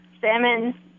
salmon